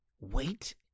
wait